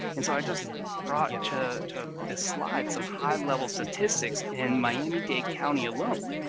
and so i've just brought to to this slide some high-level statistics in miami-dade county alone.